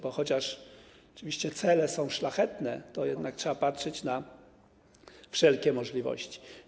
Bo chociaż oczywiście cele są szlachetne, to jednak trzeba patrzeć na wszelkie możliwości.